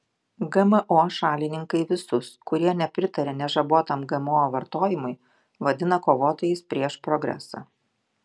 gmo šalininkai visus kurie nepritaria nežabotam gmo vartojimui vadina kovotojais prieš progresą